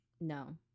no